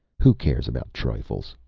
who cares about trifles?